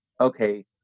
okay